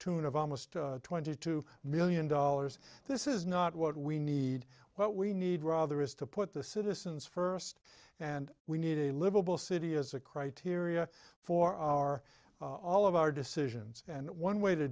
tune of almost twenty two million dollars this is not what we need what we need rather is to put the citizens first and we need a livable city as a criteria for our all of our decisions and one way to